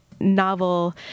novel